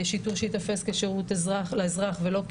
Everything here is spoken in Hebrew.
שיטור שייתפס כשירות לאזרח ולא כמאיים,